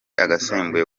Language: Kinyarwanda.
agasembuye